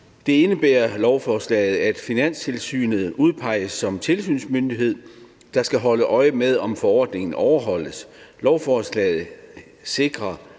indebærer, at Finanstilsynet udpeges som den tilsynsmyndighed, der skal holde øje med, om forordningen overholdes. Lovforslaget sikrer,